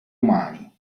umani